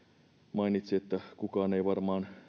mainitsi että kukaan ei varmaan